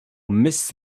miss